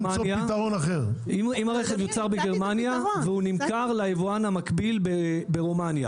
אם הרכב יוצר בגרמניה והוא נמכר ליבואן המקביל ברומניה,